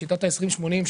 שיטת ה-20/80,